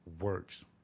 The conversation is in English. works